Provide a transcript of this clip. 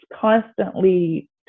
constantly